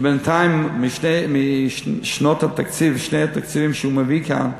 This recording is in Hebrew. כי בינתיים משני התקציבים שהוא מביא כאן,